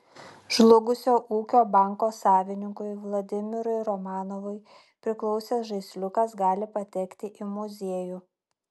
žlugusio ūkio banko savininkui vladimirui romanovui priklausęs žaisliukas gali patekti į muziejų